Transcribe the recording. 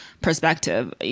perspective